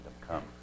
come